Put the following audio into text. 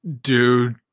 dude